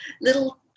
little